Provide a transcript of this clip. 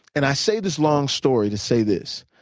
and i say this long story to say this.